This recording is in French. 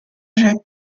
jacques